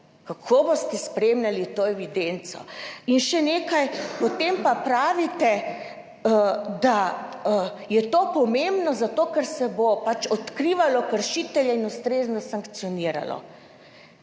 Kako boste spremljali to evidenco? In še nekaj, potem pa pravite, da je to pomembno zato, ker se bo pač odkrivalo kršitelje in ustrezno sankcioniralo.